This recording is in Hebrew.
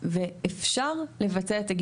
ואפשר לבצע אותם.